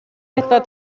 etwa